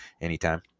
anytime